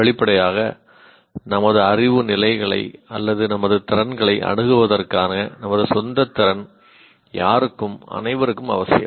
வெளிப்படையாக நமது அறிவு நிலைகளை அல்லது நமது திறன்களை அணுகுவதற்கான நமது சொந்த திறன் எல்லோரையும் போல அனைவருக்கும் அவசியம்